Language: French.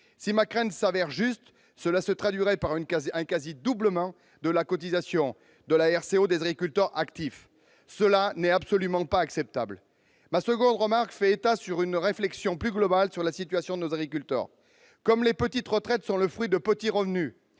Si ma crainte se révèle fondée, cela se traduira par un quasi-doublement de la cotisation à la RCO des agriculteurs actifs. Ce n'est absolument pas acceptable. Ma seconde remarque s'inscrit dans une réflexion plus globale sur la situation de nos agriculteurs. Comme les petites retraites résultent de petits revenus,